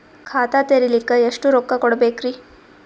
ಖಾತಾ ತೆರಿಲಿಕ ಎಷ್ಟು ರೊಕ್ಕಕೊಡ್ಬೇಕುರೀ?